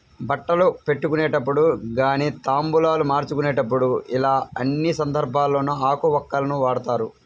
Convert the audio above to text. బట్టలు పెట్టుకునేటప్పుడు గానీ తాంబూలాలు మార్చుకునేప్పుడు యిలా అన్ని సందర్భాల్లోనూ ఆకు వక్కలను వాడతారు